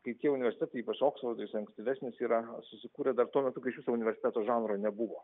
tai tie universitetai ypač oksfordo jis ankstyvesnis yra susikūrė dar tuo metu kai iš viso universiteto žanro nebuvo